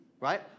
right